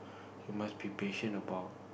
you must be patient about